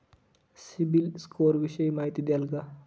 CIBIL score विषयी माहिती द्याल का?